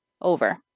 over